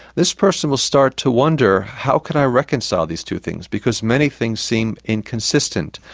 this person will start to wonder, how can i reconcile these two things, because many things seem inconsistent?